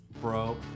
bro